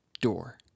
door